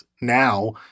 now